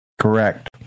Correct